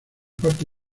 parte